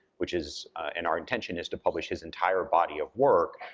which is, and our intention is to publish his entire body of work,